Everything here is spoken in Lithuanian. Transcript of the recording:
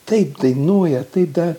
taip dainuoja tada